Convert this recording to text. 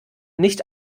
nicht